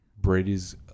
Brady's